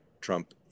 Trump